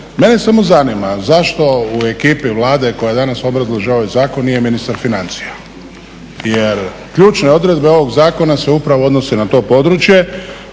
Mene samo zanima zašto u ekipi Vlade koja danas obrazložavaju zakon nije ministar financija? Jer ključne odredbe ovog zakona se upravo odnose na to područje.